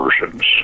versions